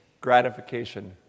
gratification